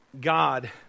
God